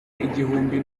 igihumbi